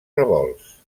revolts